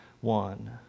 One